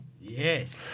Yes